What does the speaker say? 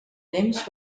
temps